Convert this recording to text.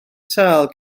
sâl